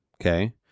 Okay